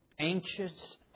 Anxious